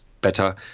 better